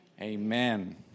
Amen